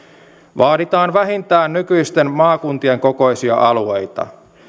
vaaditaan vähintään nykyisten maakuntien kokoisia alueita